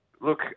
look